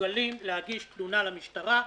מסוגלים להגיש תלונה למשטרה,